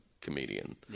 comedian